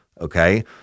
okay